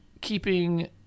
keeping